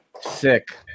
Sick